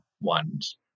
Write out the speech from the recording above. ones